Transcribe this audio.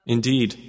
Indeed